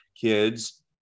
kids